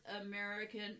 American